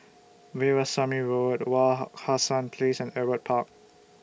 Veerasamy Road Wak Hassan Place and Ewart Park